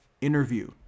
interview